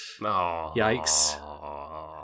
Yikes